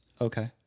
Okay